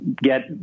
get